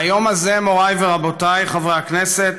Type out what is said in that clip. והיום הזה, מוריי ורבותיי חברי הכנסת,